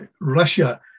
Russia